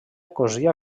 cosia